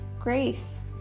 grace